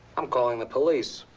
i'm calling the police.